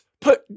put